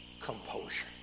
composure